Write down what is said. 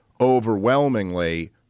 overwhelmingly